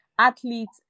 athletes